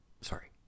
Sorry